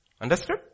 Understood